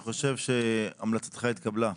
אני חושב שהמלצתך התקבלה,